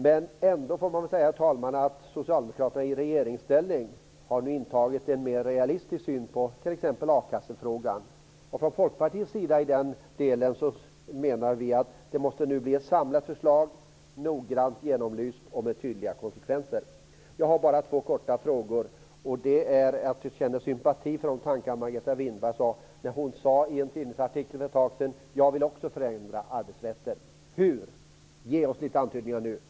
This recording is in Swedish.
Man får väl ändå, herr talman, säga att socialdemokraterna i regeringsställning nu har intagit en mer realistisk syn på t.ex. a-kassefrågan. Vi menar i det avseendet från Folkpartiets sida att det nu måste bli ett samlat förslag, noggrant genomlyst och med tydliga konsekvenser. Jag har bara två korta frågor. Jag känner för det första sympati för de tankar som Margareta Winberg framförde i en tidningsartikel för ett tag sedan om att också hon vill förändra arbetsrätten. Hur? Ge oss några antydningar nu!